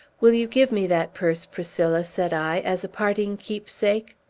will you give me that purse, priscilla, said i, as a parting keepsake?